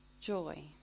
joy